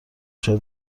شده